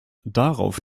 darauf